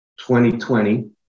2020